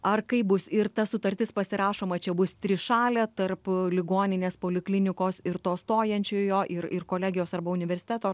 ar kaip bus ir ta sutartis pasirašoma čia bus trišalė tarp ligoninės poliklinikos ir to stojančiojo ir ir kolegijos arba universiteto